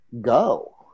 go